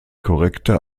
korrekte